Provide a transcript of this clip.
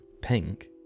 Pink